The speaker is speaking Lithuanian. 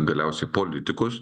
galiausiai politikus